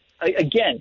Again